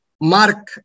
Mark